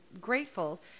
grateful